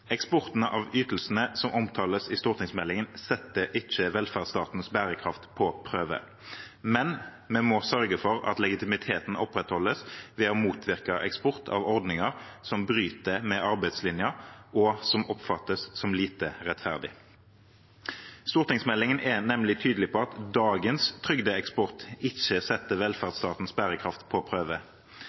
av ytelsene som omtales i stortingsmeldingen, setter ikke velferdsstatens bærekraft på prøve. Men vi må sørge for at legitimiteten opprettholdes ved å motvirke eksport av ordninger som bryter med arbeidslinjen, og som oppfattes som lite rettferdig. Stortingsmeldingen er nemlig tydelig på at dagens trygdeeksport ikke setter velferdsstatens bærekraft på prøve.